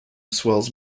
swells